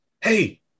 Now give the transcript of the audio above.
hey